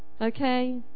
Okay